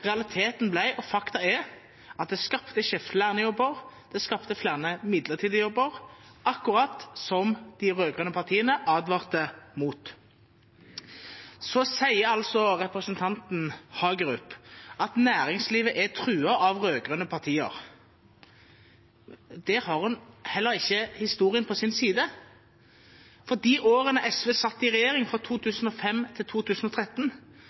realiteten ble, og fakta er, at det ikke skapte flere jobber, det skapte flere midlertidige jobber, akkurat som de rød-grønne partiene advarte mot. Så sier representanten Hagerup at næringslivet er truet av rød-grønne partier. Der har hun heller ikke historien på sin side, for i de årene SV satt i regjering, fra 2005 til 2013,